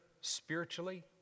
spiritually